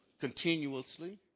continuously